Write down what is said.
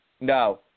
No